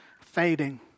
fading